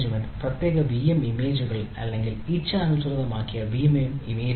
പ്രത്യേക വിഎം ഇമേജുകൾ അല്ലെങ്കിൽ ഇച്ഛാനുസൃതമാക്കിയ വിഎം ഇമേജുകൾ ആണ്